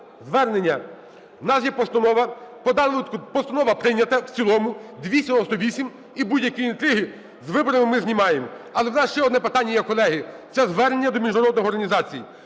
звернення. У нас є постанова, постанова прийнята в цілому – 298, і будь-які інтриги з виборами ми знімаємо. Але у нас ще одне питання є, колеги, це звернення до міжнародних організації: